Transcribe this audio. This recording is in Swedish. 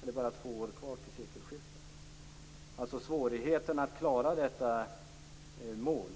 och det är bara två år kvar till sekelskiftet. Det är alltså svårt att klara detta mål.